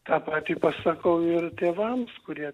tą patį pasakau ir tėvams kurie